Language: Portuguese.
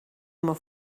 uma